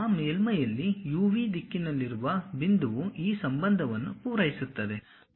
ಆ ಮೇಲ್ಮೈಯಲ್ಲಿ U V ದಿಕ್ಕಿನಲ್ಲಿರುವ ಬಿಂದುವು ಈ ಸಂಬಂಧವನ್ನು ಪೂರೈಸುತ್ತದೆ